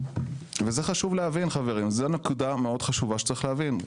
חשוב להבין, זו נקודה מאוד חשובה שצריך להבין.